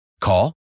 Call